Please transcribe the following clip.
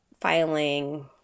filing